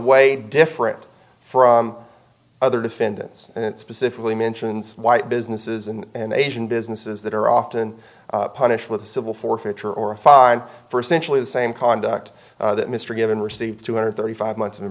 way different from other defendants and it specifically mentions white businesses and asian businesses that are often punished with a civil forfeiture or a fine for a centrally the same conduct that mr given received two hundred thirty five months in